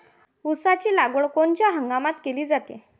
ऊसाची लागवड कोनच्या हंगामात केली जाते?